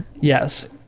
Yes